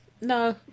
No